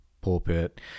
pulpit